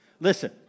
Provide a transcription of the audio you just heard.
Listen